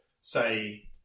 say